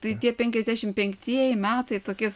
tai tie penkiasdešimt penktieji metai tokie